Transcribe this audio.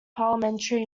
parliamentary